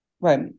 Right